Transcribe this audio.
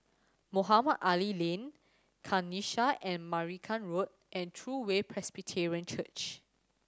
Mohamed Ali Lane Kanisha I Marican Road and True Way Presbyterian Church